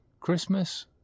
Christmas